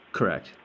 Correct